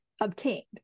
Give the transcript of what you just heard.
obtained